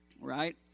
right